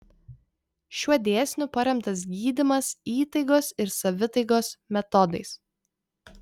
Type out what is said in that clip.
šiuo dėsniu paremtas gydymas įtaigos ir savitaigos metodais